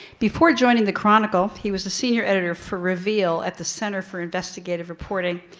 before joining the chronicle, he was the senior editor for reveal at the center for investigative reporting,